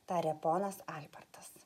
tarė ponas albertas